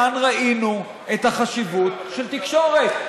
כאן ראינו את החשיבות של תקשורת,